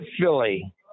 Philly